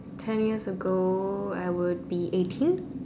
ten years ago I would be eighteen